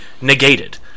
negated